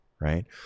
right